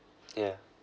yeah